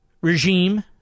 regime